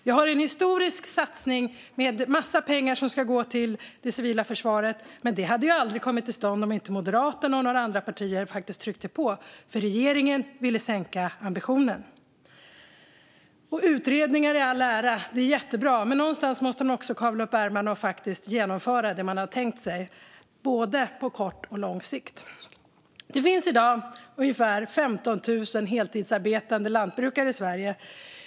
Det finns en historisk satsning med en mängd pengar som ska gå till det civila försvaret, men det hade aldrig kommit till stånd om inte Moderaterna och några andra partier faktiskt hade tryckt på eftersom regeringen ville sänka ambitionsnivån. Utredningar i all ära - de är jättebra - men någonstans måste man också kavla upp ärmarna och genomföra det man har tänkt sig på både kort och lång sikt. Det finns i dag ungefär 15 000 heltidsarbetande lantbrukare i Sverige.